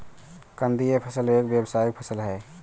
कंदीय फसल एक व्यावसायिक फसल है